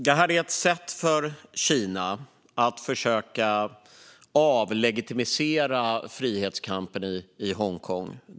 Detta är ett sätt för Kina att försöka avlegitimera frihetskampen i Hongkong.